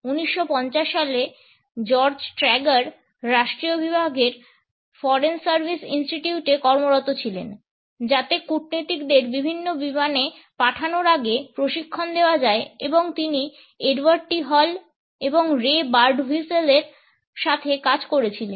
1950 সালে George Trager রাষ্ট্রীয় বিভাগের ফরেন সার্ভিস ইনস্টিটিউটে কর্মরত ছিলেন যাতে কূটনীতিকদের বিভিন্ন বিমানে পাঠানোর করার আগে প্রশিক্ষণ দেওয়া যায় এবং এখানে তিনি Edward T Hall Edward T Hall এবং রে বার্ডহুইসলের সাথে কাজ করছিলেন